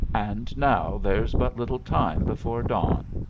and now there's but little time before dawn.